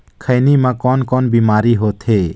खैनी म कौन कौन बीमारी होथे?